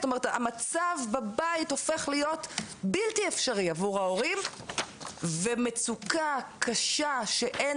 המצב בבית הופך להיות בלתי אפשרי עבור ההורים ומצוקה קשה שאין